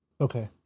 okay